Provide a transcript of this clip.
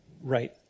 right